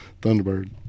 Thunderbird